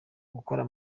gukora